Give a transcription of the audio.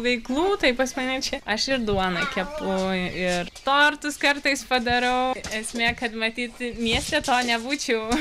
veiklų tai pas mane čia aš ir duoną kepu ir tortus kartais padarau esmė kad matyt mieste to nebūčiau